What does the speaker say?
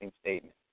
statement